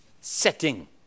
setting